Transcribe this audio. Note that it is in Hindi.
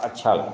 अच्छा लगा